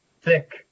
Thick